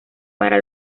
para